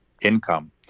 income